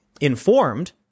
informed